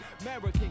American